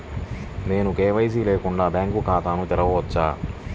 నేను కే.వై.సి లేకుండా బ్యాంక్ ఖాతాను తెరవవచ్చా?